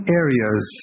areas